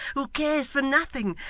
who cares for nothing,